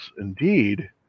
indeed